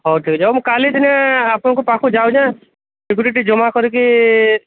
ହଉ ଠିକ ଅଛି ହଉ ମୁଁ କାଲି ଦିନେ ଆପଣଙ୍କ ପାଖକୁ ଯାଉଛି ସିକ୍ୟୁରିଟି ଜମା କରିକି